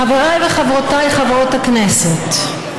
חבריי וחברותיי חברות הכנסת,